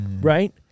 Right